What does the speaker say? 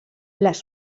les